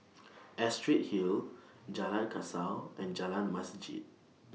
Astrid Hill Jalan Kasau and Jalan Masjid